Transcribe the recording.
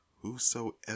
Whosoever